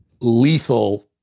lethal